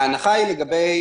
ההנחה לגבי